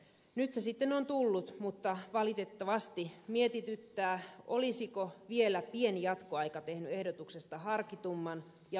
nyt se sitten on tullut mutta valitettavasti mietityttää olisiko vielä pieni jatkoaika tehnyt ehdotuksesta harkitumman ja viimeistellymmän